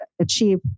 achieve